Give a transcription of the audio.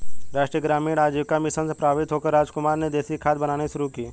राष्ट्रीय ग्रामीण आजीविका मिशन से प्रभावित होकर रामकुमार ने देसी खाद बनानी शुरू की